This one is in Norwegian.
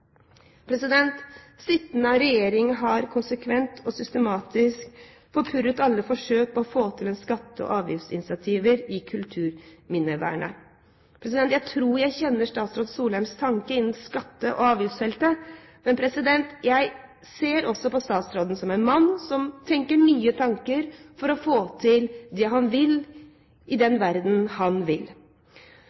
regjering har konsekvent og systematisk forpurret alle forsøk på å få til skatte- og avgiftsincentiver i kulturminnevernet. Jeg tror jeg kjenner statsråd Solheims tanker innen skatte- og avgiftsfeltet, men jeg ser også på statsråden som en mann som tenker nye tanker for å få til det han vil i den verden han vil.